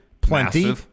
plenty